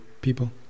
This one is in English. people